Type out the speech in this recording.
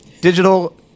digital